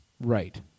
Right